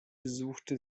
besuchte